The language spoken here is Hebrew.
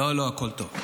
לא, לא, הכול טוב.